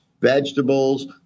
vegetables